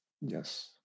yes